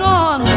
on